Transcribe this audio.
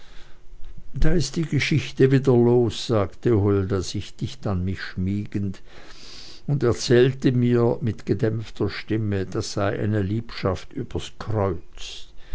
da ist die geschichte wieder los sagte hulda sich dicht an mich schmiegend erzählte sie mir mit gedämpfter stimme das sei eine liebschaft übers kreuz